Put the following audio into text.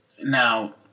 Now